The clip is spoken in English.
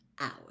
hours